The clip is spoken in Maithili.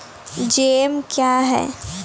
जैम क्या हैं?